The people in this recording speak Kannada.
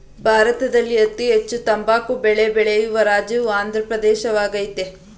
ಭಾರತದಲ್ಲಿ ಅತೀ ಹೆಚ್ಚಿನ ತಂಬಾಕು ಬೆಳೆ ಬೆಳೆಯುವ ರಾಜ್ಯವು ಆಂದ್ರ ಪ್ರದೇಶವಾಗಯ್ತೆ